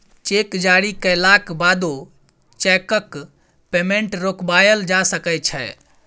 cheque जारी कएलाक बादो चैकक पेमेंट रोकबाएल जा सकै छै